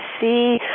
see